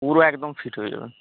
পুরো একদম ফিট হয়ে যাবেন